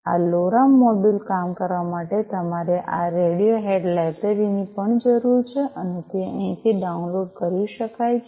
આ LoRa module કામ કરવા માટે તમારે આ રેડિયો હેડ લાઇબ્રેરી ની પણ જરૂર છે અને તે અહીંથી ડાઉનલોડ કરી શકાય છે